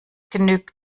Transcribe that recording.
genügt